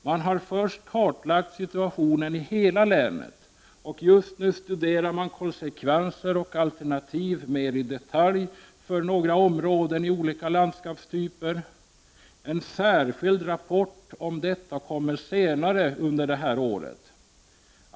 Man har först kartlagt situationen i hela länet. Just nu studerar man konsekvenser och alternativ mer i detalj för några områden i olika landskapstyper. En särskild rapport om detta kommer senare under året.